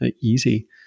Easy